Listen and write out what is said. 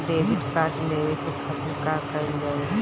Debit card लेवे के खातिर का कइल जाइ?